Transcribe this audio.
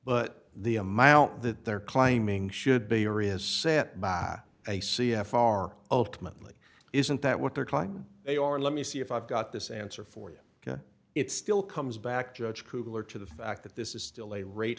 but the amount that they're claiming should be or is set by a c f r ultimately isn't that what their client they are let me see if i've got this answer for you it still comes back judge kugler to the fact that this is still a rate